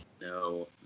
No